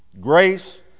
Grace